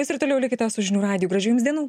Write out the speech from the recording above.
jūs ir toliau likite su žinių radiju gražių jums dienų